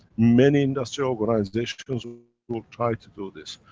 many industrial organizations will will try to do this,